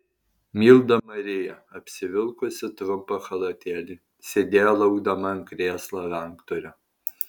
milda marija apsivilkusi trumpą chalatėlį sėdėjo laukdama ant krėslo ranktūrio